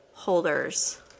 holders